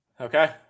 Okay